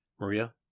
Maria